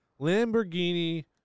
Lamborghini